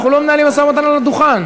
אנחנו לא מנהלים משא-ומתן על הדוכן.